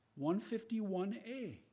151a